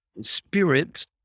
spirit